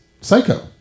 psycho